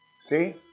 See